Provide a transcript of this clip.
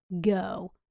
go